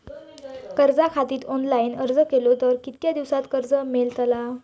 कर्जा खातीत ऑनलाईन अर्ज केलो तर कितक्या दिवसात कर्ज मेलतला?